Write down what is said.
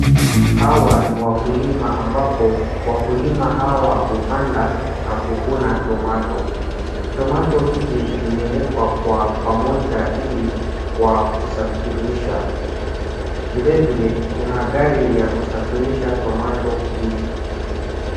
Hawa ni wakulima ambapo wakulima hawa hupanda na kuvuna tomato . Tomato hizi zimewekwa kwa pamoja ili kwa kusafirisha. Vilevile kuna gari ya kusafirisha tomato hizi.